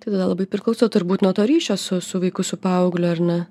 tai tada labai priklauso turbūt nuo to ryšio su su vaiku su paaugliu ar ne